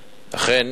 אכן,